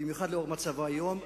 במיוחד לנוכח מצבו היום.